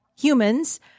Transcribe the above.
humans